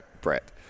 Brett